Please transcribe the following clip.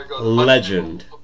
legend